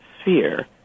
sphere